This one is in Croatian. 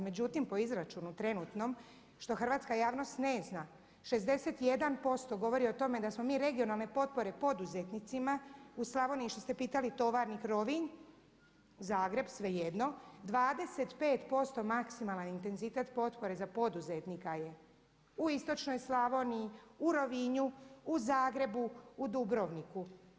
Međutim, po izračunu trenutnom što hrvatska javnost ne zna, 61% govori o tome da smo mi regionalne potpore poduzetnicima u Slavoniji što ste pitali Tovarnik, Rovinj, Zagreb svejedno, 25% maksimalan intenzitet potpore za poduzetnika u istočnoj Slavoniji, u Rovinju, u Zagrebu, u Dubrovniku.